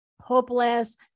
hopeless